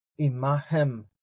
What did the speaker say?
imahem